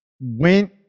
went